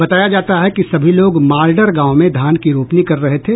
बताया जाता है कि सभी लोग मार्डर गांव में धान की रोपनी कर रहे थे